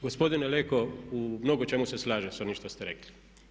Gospodine Leko u mnogo čemu se slažem sa onim što ste rekli.